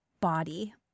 body